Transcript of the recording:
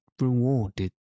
rewarded